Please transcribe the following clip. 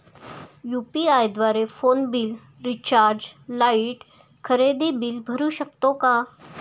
UPI द्वारे phone bill, recharge, light, खरेदी bill भरू शकतो का?